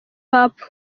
hop